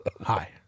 Hi